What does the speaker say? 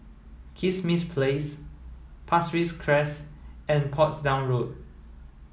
Kismis Place Pasir Ris Crest and Portsdown Road